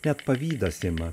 net pavydas ima